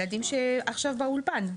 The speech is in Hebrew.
אלו שעכשיו באולפן.